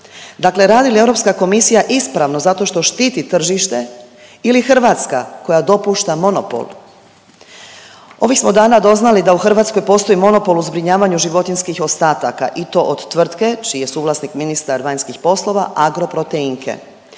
Dakle, radi li Europska komisija ispravno zato što tržište ili Hrvatska koja dopušta monopol? Ovih smo dana doznali da u Hrvatskoj postoji monopol u zbrinjavanju životinjskih ostataka i to od tvrtke čiji je suvlasnik ministar vanjskih poslova Agroproteinke.